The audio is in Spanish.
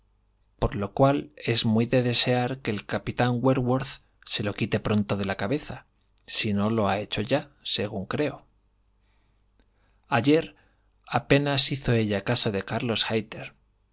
por lo cual es muy de desear que el capitán wentworth se lo quite pronto de la cabeza si no lo ha hecho ya según creo ayer apenas hizo ella caso de carlos